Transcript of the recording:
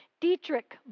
Dietrich